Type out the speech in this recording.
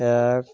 এক